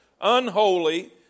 unholy